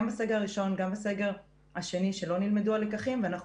גם בסגר הראשון וגם בסגר השני שלא נלמדו הלקחים ואנחנו